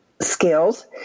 skills